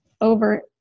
over